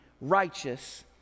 righteous